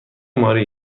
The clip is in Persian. ماری